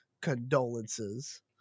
condolences